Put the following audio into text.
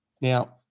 now